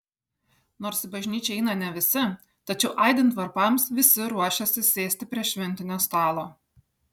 nors į bažnyčią eina ne visi tačiau aidint varpams visi ruošiasi sėsti prie šventinio stalo